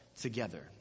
together